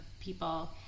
people